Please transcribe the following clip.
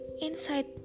inside